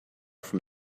from